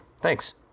Thanks